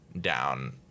down